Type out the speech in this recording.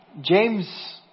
James